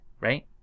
right